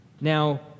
Now